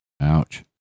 Ouch